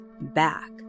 back